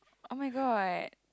oh-my-god